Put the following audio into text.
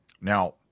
Now